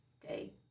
day